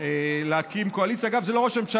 להקים קואליציה.